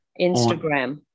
Instagram